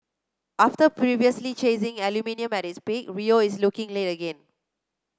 after previously chasing aluminium at its peak Rio is looking late again